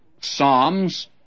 psalms